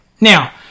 now